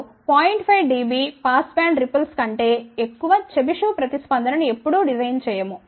5 dB pass band ripples కంటే ఎక్కువ Chebyshev ప్రతిస్పందన ను ఎప్పుడూ డిజైన్ చేయము